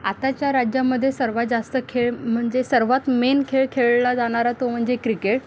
आताच्या राज्यामध्ये सर्वात जास्त खेळ म्हणजे सर्वात मेन खेळ खेळला जाणारा तो म्हणजे क्रिकेट